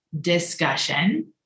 discussion